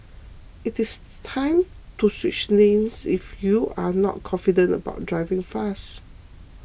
it is time to switch lanes if you're not confident about driving fast